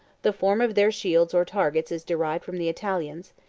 the form of their shields or targets is derived from the italians,